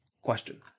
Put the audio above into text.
question